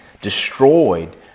destroyed